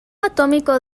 atómico